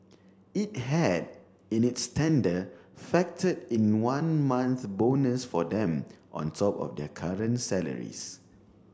it had in its tender factor in one month bonus for them on top of their current salaries